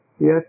Yes